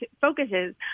focuses